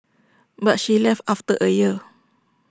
but she left after A year